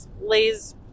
lays